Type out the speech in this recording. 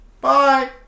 bye